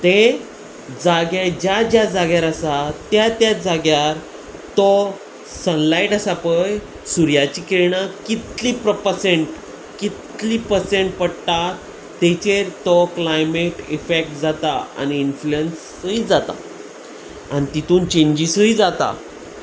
ते जाग्या ज्या ज्या जाग्यार आसा त्या त्या जाग्यार तो सनलायट आसा पळय सुर्याची किरणां कितली प्रपर्सेंट कितली पर्सेंट पडटा तेचेर तो क्लायमेट इफेक्ट जाता आनी इन्फ्लुयन्सूय जाता आनी तितून चेंंजीसूय जाता